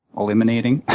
eliminating,